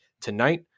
Tonight